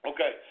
Okay